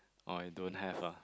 oh you don't have ah